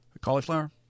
Cauliflower